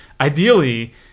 Ideally